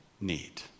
need